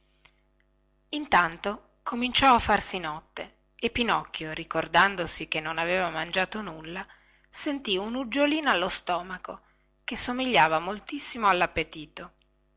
intanto cominciò a farsi notte e pinocchio ricordandosi che non aveva mangiato nulla senti unuggiolina allo stomaco che somigliava moltissimo allappetito